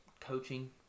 coaching